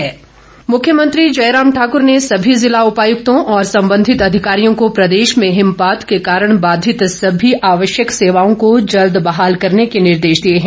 जयराम मुख्यमंत्री जयराम ठाकूर ने सभी ज़िला उपायुक्तों और संबंधित अधिकारियों को प्रदेश में हिमपात के कारण बाधित सभी आवश्यक सेवाओं को जल्द बहाल करने के निर्देश दिए हैं